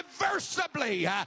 irreversibly